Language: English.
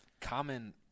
common –